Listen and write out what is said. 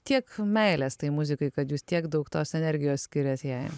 tiek meilės tai muzikai kad jūs tiek daug tos energijos skiriat jai